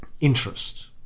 interest